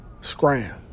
Scram